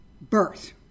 birth